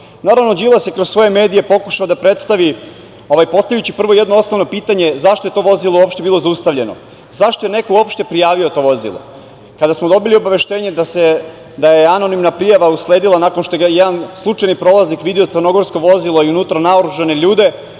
Đilas je kroz svoje medije pokušao da predstavi postavljajući prvo jedno osnovno pitanje – zašto je to vozilo uopšte bilo zaustavljeno, zašto je neko uopšte prijavio to vozilo? Kada smo dobili obaveštenje da je anonimna prijava usledila nakon što je jedan slučajni prolaznik video crnogorsko vozilo i unutra naoružane ljude